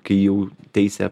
kai jau teisė